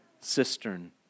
cistern